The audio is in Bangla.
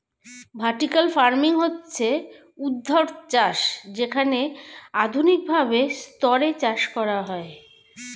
ভার্টিকাল ফার্মিং মানে হচ্ছে ঊর্ধ্বাধ চাষ যেখানে আধুনিক ভাবে স্তরে চাষ করা হয়